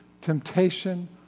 temptation